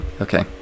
Okay